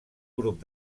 grup